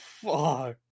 fuck